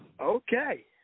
Okay